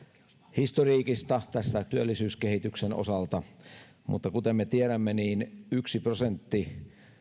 historiikista työllisyyskehityksen osalta mutta kuten me tiedämme yksi prosentti